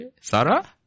Sarah